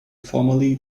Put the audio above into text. formerly